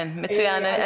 מצוין.